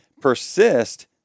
Persist